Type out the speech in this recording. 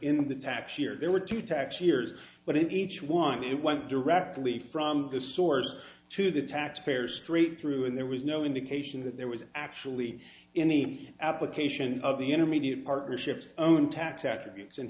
in the tax year there were two tax years but in each one it went directly from the source to the taxpayer straight through and there was no indication that there was actually any application of the intermediate partnerships own tax attributes and